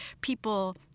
people